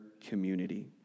community